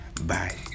bye